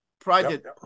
project